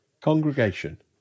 Congregation